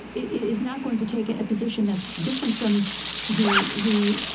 is not going to take a position thatis different from the, the,